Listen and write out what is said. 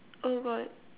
oh god